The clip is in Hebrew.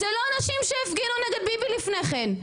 זה לא האנשים שהפגינו נגד ביבי לפני כן.